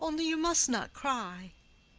only you must not cry.